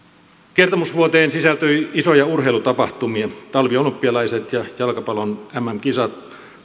kertomusvuoteen sisältyi isoja urheilutapahtumia talviolympialaiset ja jalkapallon mm kisat